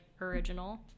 original